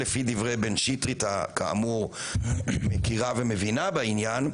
לפי דברי בן שטרית שכאמור מכירה ומבינה בעניין,